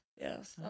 Yes